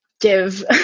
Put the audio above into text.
give